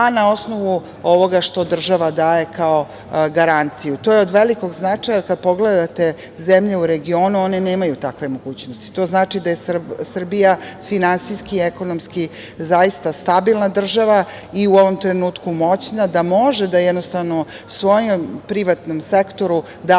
na osnovu ovoga što država daje kao garanciju. To je od velikog značaja. Kada pogledate zemlje u regionu, one nemaju takve mogućnosti. To znači da je Srbija finansijski i ekonomski zaista stabilna država i u ovom trenutku moćna da može da, jednostavno, svom privatnom sektoru da